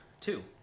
two